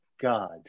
God